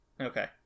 Okay